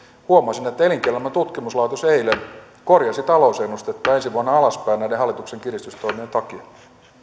huomasin että elinkeinoelämän tutkimuslaitos eilen korjasi talousennustettaan ensi vuonna alaspäin näiden hallituksen kiristystoimien takia